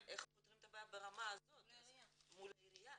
איך פותרים את הבעיה ברמה הזאת מול העיריה.